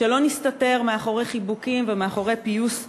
שלא נסתתר מאחורי חיבוקים ומאחורי פיוס מזויף,